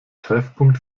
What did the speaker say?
treffpunkt